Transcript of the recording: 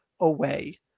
away